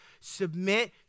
submit